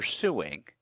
pursuing